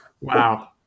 Wow